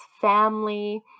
family